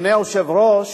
אדוני היושב-ראש,